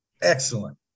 excellent